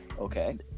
Okay